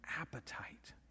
appetite